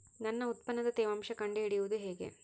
ನನ್ನ ಉತ್ಪನ್ನದ ತೇವಾಂಶ ಕಂಡು ಹಿಡಿಯುವುದು ಹೇಗೆ?